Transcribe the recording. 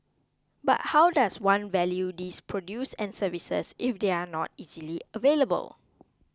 but how does one value these produce and services if they are not easily available